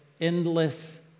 endless